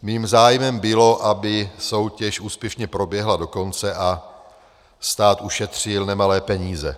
Mým zájmem bylo, aby soutěž úspěšně proběhla do konce a stát ušetřil nemalé peníze.